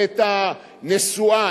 ואת הנסועה,